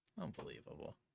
Unbelievable